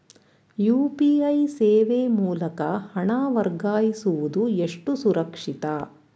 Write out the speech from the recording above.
UPI ಸೇವೆ ಮೂಲಕ ಹಣ ವರ್ಗಾಯಿಸುವುದು ಎಷ್ಟು ಸುರಕ್ಷಿತ?